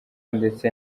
ndetse